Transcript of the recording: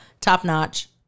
top-notch